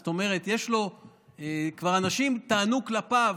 זאת אומרת, כבר אנשים טענו כלפיו